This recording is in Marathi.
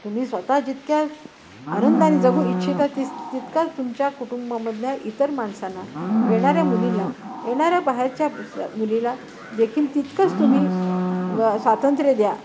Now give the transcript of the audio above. तुम्ही स्वतः जितक्या आनंदाने जगू इच्छिता तितकंच तुमच्या कुटुंबामधनं इतर माणसाांना येणाऱ्या मुलीला येणाऱ्या बाहेरच्या मुलीला देेखील तितकंच तुम्ही स्वातंत्र्य द्या